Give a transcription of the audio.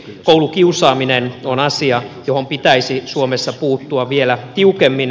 koulukiusaaminen on asia johon pitäisi suomessa puuttua vielä tiukemmin